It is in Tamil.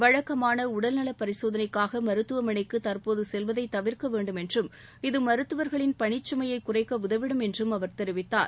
வழக்கமான உடல்நலப் பரிசோதனைக்காக மருத்துவமனைக்கு தற்போது செல்வதை தவிர்க்க வேண்டும் என்றும் இது மருத்துவர்களின் பணிச்சுமையை குறைக்க உதவிடும் என்றும் அவர் தெரிவித்தார்